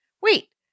Wait